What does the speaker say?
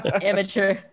amateur